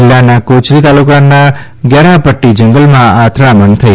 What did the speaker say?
જિલ્લાના કોરચી તાલુકાના ગ્યારહપદ્દી જંગલમાં આ અથડામણ થઇ